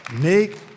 make